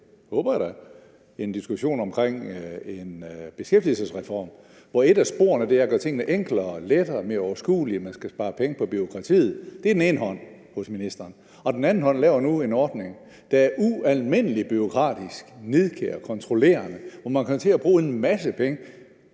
håber jeg da – med en diskussion omkring en beskæftigelsesreform, hvor et af sporene er at gøre tingene enklere, lettere og mere overskuelige, og man skal spare penge på bureaukratiet. Det er den ene hånd hos ministeren. Og den anden hånd laver nu en ordning, der er ualmindelig bureaukratisk, nidkær og kontrollerende, og man kommer til at bruge en masse penge